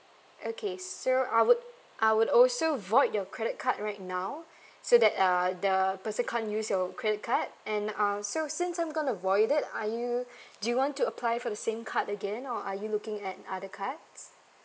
okay so I would I would also void your credit card right now so that uh the person can't use your credit card and uh so since I'm going to void it are you do you want to apply for the same card again or are you looking at other cards